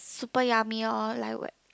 super yummy lor like w~